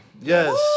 Yes